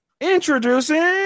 Introducing